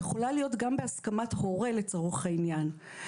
היא יכולה להיות גם בהסכמת הורה לצורך העניין.